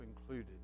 included